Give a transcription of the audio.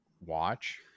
watch